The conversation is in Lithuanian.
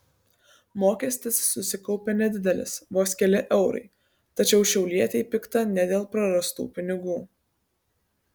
mokestis susikaupė nedidelis vos keli eurai tačiau šiaulietei pikta ne dėl prarastų pinigų